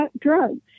drugs